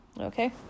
Okay